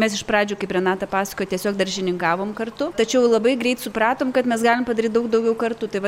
mes iš pradžių kaip renata pasakojo tiesiog daržininkavom kartu tačiau labai greit supratom kad mes galim padaryti daug daugiau kartu tai vat